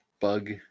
bug